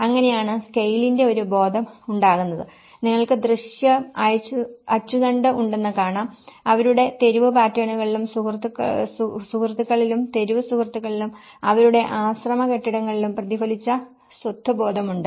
അങ്ങനെയാണ് സ്കെയിലിന്റെ ഒരു ബോധം ഉണ്ടാകുന്നത് നിങ്ങൾക്ക് ദൃശ്യ അച്ചുതണ്ട് ഉണ്ടെന്ന് കാണാം അവരുടെ തെരുവ് പാറ്റേണുകളിലും സുഹൃത്തുക്കളിലും തെരുവ് സുഹൃത്തുക്കളിലും അവരുടെ ആശ്രമ കെട്ടിടങ്ങളിലും പ്രതിഫലിച്ച സ്വത്വബോധമുണ്ട്